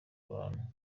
abantu